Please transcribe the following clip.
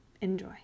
Enjoy